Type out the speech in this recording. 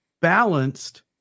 balanced